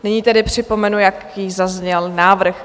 Nyní tedy připomenu, jaký zazněl návrh.